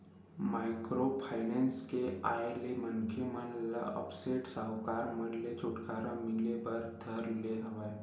micro finance के आय ले मनखे मन ल अब सेठ साहूकार मन ले छूटकारा मिले बर धर ले हवय